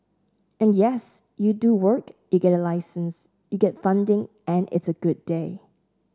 and yes you do work you get a license you get funding and it's a good day